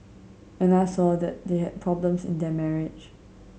Anna saw that they had problems in their marriage